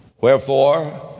Wherefore